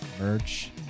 Merch